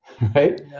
right